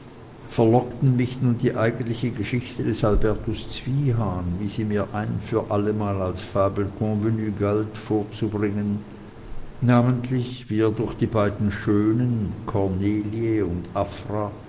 verlockten mich nun die eigentliche geschichte des albertus zwiehan wie sie mir ein für allemal als fable convenue galt vorzubringen namentlich wie er durch die beiden schönen cornelie und afra